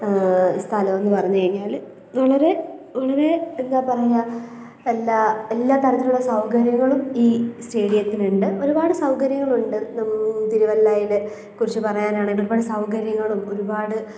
ഈ സ്ഥലമെന്നു പറഞ്ഞു കഴിഞ്ഞാൽ വളരെ വളരെ എന്താ പറയുക എല്ലാ എല്ലാ കാര്യത്തിലുള്ള സൗകര്യങ്ങളും ഈ സ്റ്റേഡിയത്തിനുണ്ട് ഒരുപാട് സൗകര്യങ്ങളുണ്ട് നം തിരുവല്ലയിലെ കുറിച്ച് പറയാനാണേൽ ഒരുപാട് സൗകര്യങ്ങളും ഒരുപാട്